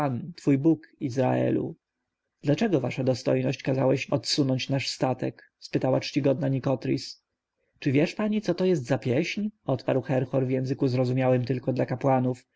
twój bóg izraelu dlaczego wasza dostojność kazałeś odsunąć nasz statek zapytała czcigodna nikotris czy wiesz pani co to jest za pieśń odparł herhor w języku zrozumiałym tylko dla kapłanów